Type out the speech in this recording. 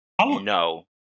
No